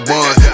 one